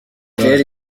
terry